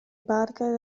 parker